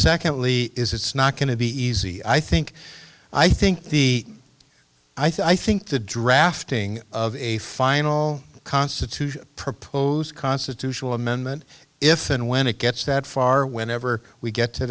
secondly is it's not going to be easy i think i think the i think the drafting of a final constitution proposed constitutional amendment if and when it gets that far whenever we get to